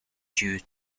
due